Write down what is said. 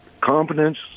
competence